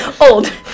Old